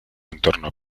entorno